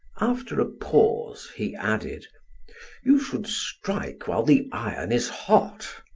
after a pause, he added you should strike while the iron is hot.